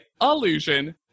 illusion